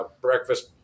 breakfast